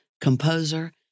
composer